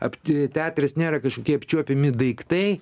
apti teatras nėra kažkokie apčiuopiami daiktai